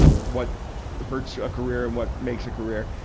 what hurts a career and what makes a career.